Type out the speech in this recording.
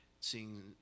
seeing